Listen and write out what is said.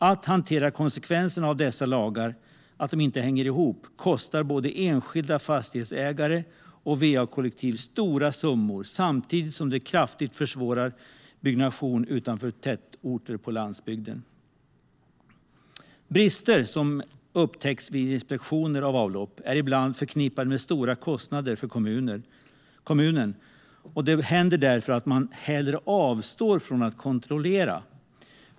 Att hantera konsekvenserna av att dessa lagar inte hänger ihop kostar både enskilda fastighetsägare och va-kollektiv stora summor, samtidigt som det kraftigt försvårar byggnation utanför tätorter på landsbygden. Brister som upptäcks vid inspektioner av avlopp är ibland förknippade med stora kostnader för kommunen, och det händer därför att man hellre avstår från att kontrollera.